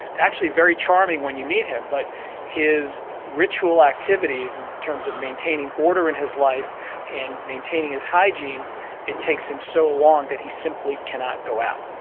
actually very charming when you meet him but his ritual activities in terms of maintaining order in his life and maintaining his hygiene it takes him so long that he simply cannot go out.